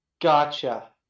Gotcha